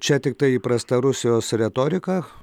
čia tiktai įprasta rusijos retorika